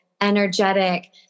energetic